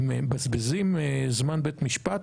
הם מבזבזים זמן בית משפט.